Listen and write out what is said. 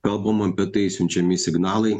kalbama apie tai siunčiami signalai